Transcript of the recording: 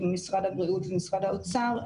עם משרד הבריאות ומשרד האוצר,